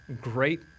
great